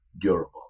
durable